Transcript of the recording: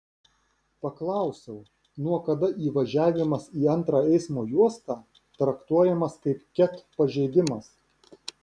paklausiau nuo kada įvažiavimas į antrą eismo juostą traktuojamas kaip ket pažeidimas